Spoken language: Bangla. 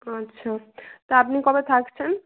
আচ্ছা তা আপনি কবে থাকছেন